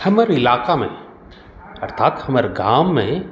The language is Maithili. हमर इलकामे अर्थात हमर गाममे